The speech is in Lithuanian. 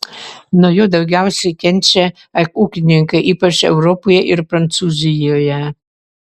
nuo jo daugiausiai kenčia ūkininkai ypač europoje ir prancūzijoje